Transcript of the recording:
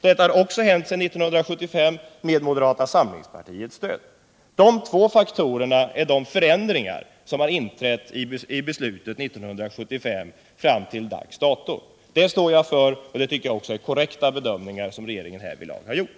Detta har också hänt sedan 1975, med moderata samlingspartiets stöd. Det är de två förändringar som inträtt i beslutet 1975 fram till dags dato. Det står jag för, och jag tycker att det är korrekta bedömningar som regeringen härvidlag har gjort.